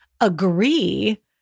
agree